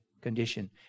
condition